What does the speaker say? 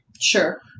Sure